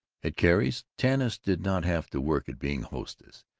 at carrie's, tanis did not have to work at being hostess.